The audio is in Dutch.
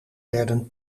werden